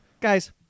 guys